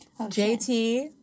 JT